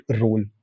role